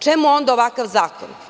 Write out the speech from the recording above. Čemu onda ovakav zakon?